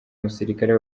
umusirikare